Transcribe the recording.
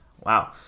Wow